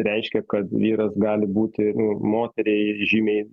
reiškia kad vyras gali būti moteriai žymiai